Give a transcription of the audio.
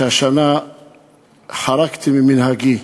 שהשנה חרגתי ממנהגי,